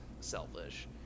selfish